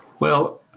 well,